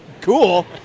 Cool